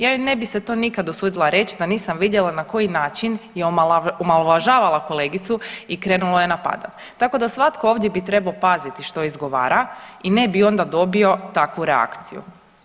Ja joj ne bi se to nikad usudila reći da nisam vidjela na koji način je omalovažavala kolegicu i krenula je napadat, tako da svatko ovdje bi trebao paziti što izgovara i ne bi onda dobio takvu reakciju.